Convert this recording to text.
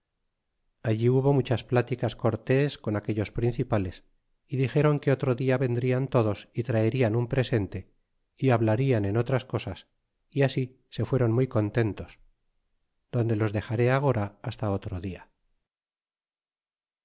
allí hubo muchas pláticas cortés con aquellos principales y dixéron que otro dia vendrian todos y traerian un presente y hablarian en otras coss o así se fuéron muy contentos donde los dexaré agora hasta otro dia